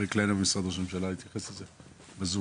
אריק קלינר ממשרד ראש הממשלה יתייחס לזה בזום,